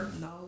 No